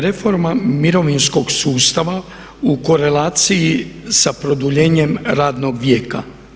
Reforma mirovinskog sustava u korelaciji sa produljenjem radnog vijeka.